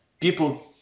people